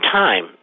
time